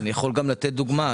אני יכול גם לתת דוגמה.